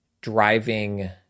driving